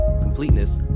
completeness